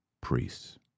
priests